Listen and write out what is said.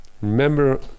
Remember